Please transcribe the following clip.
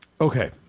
Okay